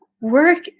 work